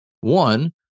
one